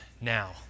Now